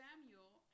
Samuel